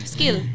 Skill